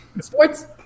Sports –